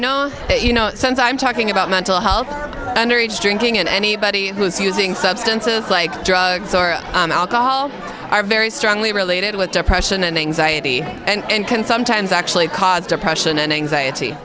know that you know since i'm talking about mental health underage drinking and anybody who is using substances like drugs or alcohol are very strongly related with depression and anxiety and can sometimes actually cause depression and anxiety